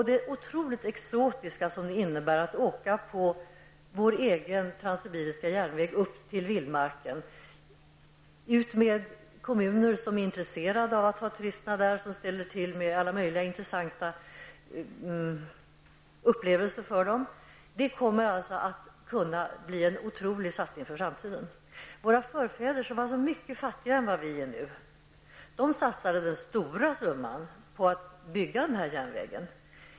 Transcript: Det otroligt exotiska som det innebär att åka på vår egen transsibiriska järnväg upp till vildmarken, utmed kommuner som är intresserade av att ha turisterna där och som ordnar alla möjliga intressanta upplevelser för dem, kommer att kunna bli en otrolig satsning för framtiden. Våra förfäder som var så mycket fattigare än vad vi är nu satsade den stora summan på att bygga den här järnvägen.